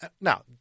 now